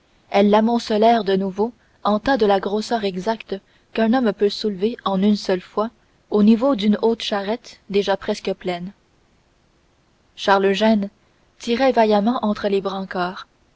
elles l'amoncelèrent de nouveau en tas de la grosseur exacte qu'un homme peut soulever en une seule fois au niveau d'une haute charrette déjà presque pleine charles eugène tirait vaillamment entre les